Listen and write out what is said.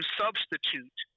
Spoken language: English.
substitute